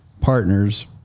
partners